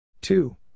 Two